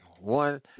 One